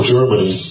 Germany